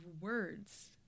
words